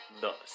thus